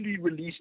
released